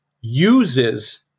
uses